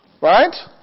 Right